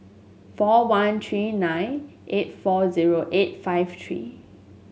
four one three nine eight four zero eight five three